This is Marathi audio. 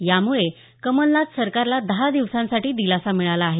त्यामुळे कमलनाथ सरकारला दहा दिवसांसाठी दिलासा मिळाला आहे